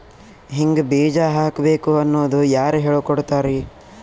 ಹಿಂಗ್ ಬೀಜ ಹಾಕ್ಬೇಕು ಅನ್ನೋದು ಯಾರ್ ಹೇಳ್ಕೊಡ್ತಾರಿ?